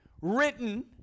written